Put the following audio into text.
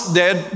dead